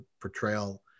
portrayal